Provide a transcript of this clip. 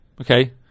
Okay